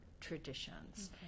traditions